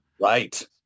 Right